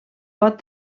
pot